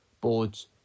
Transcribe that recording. boards